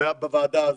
בוועדה הזו.